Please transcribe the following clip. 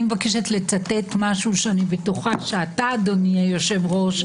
אני מבקשת לשתף משהו שאני בטוחה שאתה אדוני היושב-ראש,